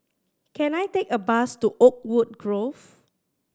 can I take a bus to Oakwood Grove